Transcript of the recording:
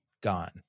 gone